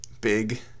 big